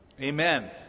Amen